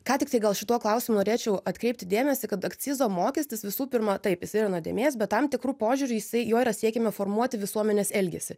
ką tiktai gal šituo klausimu norėčiau atkreipti dėmesį kad akcizo mokestis visų pirma taip jisai yra nuodėmės bet tam tikru požiūriu jisai juo yra siekiama formuoti visuomenės elgesį